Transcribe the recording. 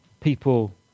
people